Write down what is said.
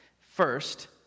First